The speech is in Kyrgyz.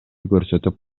көрсөтүп